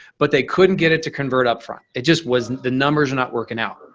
but they couldn't get it to convert upfront. it just wasn't, the numbers are not working out.